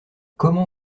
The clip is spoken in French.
comment